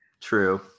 true